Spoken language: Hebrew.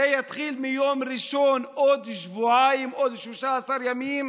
זה יתחיל ביום ראשון בעוד שבועיים, בעוד 13 ימים,